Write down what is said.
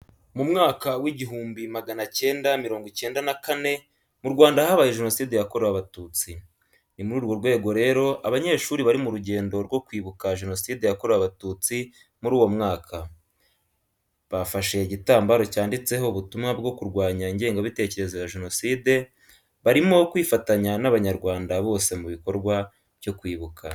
Mu mwaka w’igihumbi magana cyenda mirongo icyenda na kane mu Rwanda habaye Jenoside yakorewe Abatutsi, ni muri urwo rwego rero abanyeshuri bari mu rugendo rwo kwibuka Jenoside yakorewe Abatutsi muri uwo mwaka, bafashe igitambaro cyanditseho ubutumwa bwo kurwanya ingengabitekerezo ya Jenoside, barimo kwifatanya n’abanyarwanda bose mu bikorwa byo kwibuka.